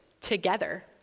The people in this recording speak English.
together